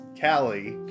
Callie